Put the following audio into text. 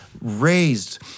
raised